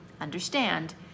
understand